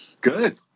good